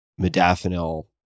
modafinil